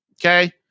okay